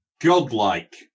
godlike